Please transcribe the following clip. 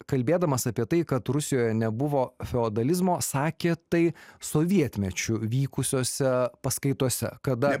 kalbėdamas apie tai kad rusijoje nebuvo feodalizmo sakė tai sovietmečiu vykusiose paskaitose kada